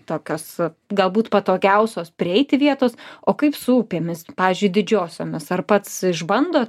tokios galbūt patogiausios prieiti vietos o kaip su upėmis pavyzdžiui didžiosiomis ar pats išbandot